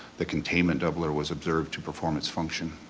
the containment doubler was observed to perform its function.